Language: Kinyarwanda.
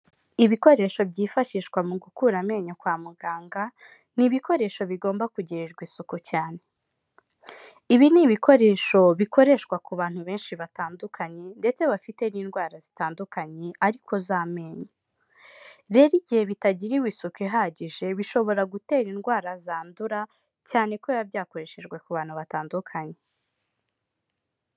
Ibikoresho byifashishwa mu gukura amenyo kwa muganga, ni ibikoresho bigomba kugirirwa isuku cyane, ibi ni ibikoresho bikoreshwa ku bantu benshi batandukanye ndetse bafite n'indwara zitandukanye ariko z'amenyo, rero igihe bitagiriwe isuku ihagije bishobora gutera indwara zandura cyane ko biba byakoreshejwe ku bantu batandukanye.